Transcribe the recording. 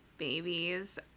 babies